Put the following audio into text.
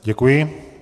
Děkuji.